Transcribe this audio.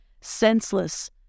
senseless